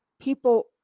people